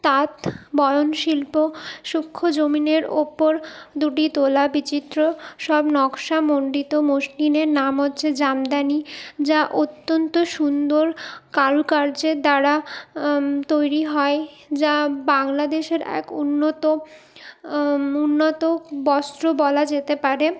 তাঁত বয়ন শিল্প সূক্ষ্ম জমিনের ওপর দুটি তোলা বিচিত্র সব নকশা মণ্ডিত মসলিনের নাম হচ্ছে জামদানি যা অত্যন্ত সুন্দর কারুকার্যের দ্বারা তৈরি হয় যা বাংলাদেশের এক উন্নত উন্নত বস্ত্র বলা যেতে পারে